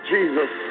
Jesus